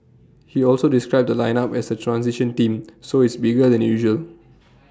he also described the lineup as A transition team so it's bigger than usual